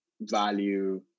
value